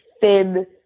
thin